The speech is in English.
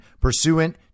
pursuant